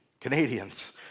Canadians